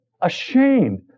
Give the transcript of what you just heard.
ashamed